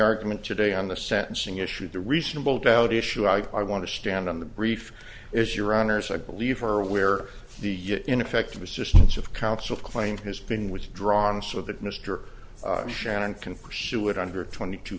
argument today on the sentencing issue the reasonable doubt issue i want to stand on the brief is your honour's i believe her where the ineffective assistance of counsel claim has been withdrawn so that mr shannon can pursue it under twenty t